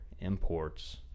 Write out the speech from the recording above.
imports